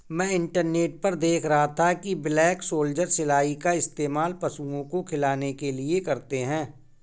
मैं इंटरनेट पर देख रहा था कि ब्लैक सोल्जर सिलाई का इस्तेमाल पशुओं को खिलाने के लिए करते हैं